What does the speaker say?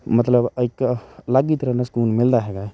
ਮਤਲਬ ਇੱਕ ਅਲੱਗ ਹੀ ਤਰ੍ਹਾਂ ਦਾ ਸਕੂਨ ਮਿਲਦਾ ਹੈਗਾ